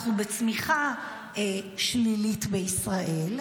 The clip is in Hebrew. אנחנו בצמיחה שלילית בישראל,